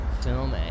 film